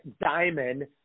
diamond